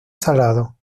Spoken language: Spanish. salado